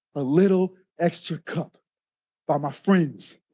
a little extra cup by my friends,